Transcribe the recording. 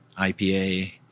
IPA